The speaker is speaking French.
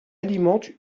alimente